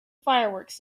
fireworks